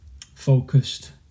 focused